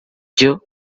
byo